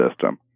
system